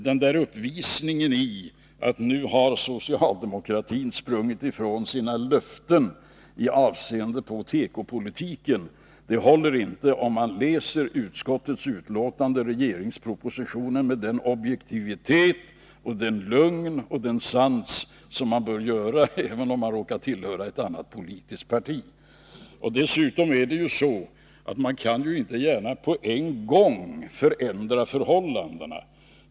Den där uppvisningen i att nu har socialdemokratin sprungit ifrån sina löften i avseende på tekopolitiken håller inte, om man läser regeringspropositionen med den objektivitet och det lugn och den sans som man bör göra, även om man råkar tillhöra ett annat politiskt parti. Dessutom är det ju så, att man inte gärna kan på en gång förändra förhållandena.